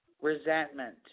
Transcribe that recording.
resentment